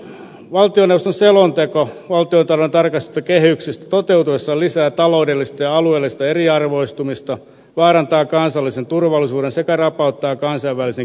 valtioneuvoston selonteko valtiontalouden tarkistetuista kehyksistä toteutuessaan lisää taloudellista ja alueellista eriarvoistumista vaarantaa kansallisen turvallisuuden sekä rapauttaa kansainvälisen kilpailukyvyn